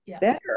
better